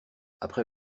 après